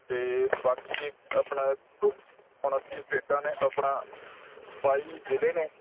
ਅਤੇ ਬਾਕੀ ਆਪਣਾ ਦ ਉਨੱਤੀ ਸਟੇਟਾਂ ਨੇ ਆਪਣਾ ਬਾਈ ਜਿਲ੍ਹੇ ਨੇ